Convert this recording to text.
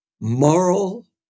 moral